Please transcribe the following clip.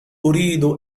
أريد